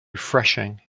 refreshing